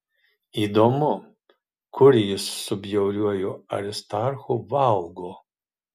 įdomu kur jis su bjauriuoju aristarchu valgo